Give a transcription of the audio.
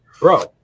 bro